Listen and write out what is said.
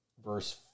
Verse